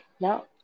no